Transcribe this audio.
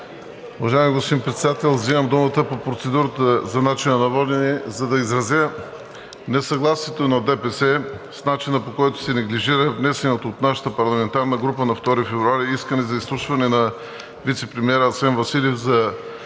Уважаеми господин Председател, взимам думата по процедурата за начина на водене, за да изразя несъгласието на ДПС с начина, по който се неглижира внесеното от нашата парламентарна група на 2 февруари искане за изслушване на вицепремиера Асен Василев за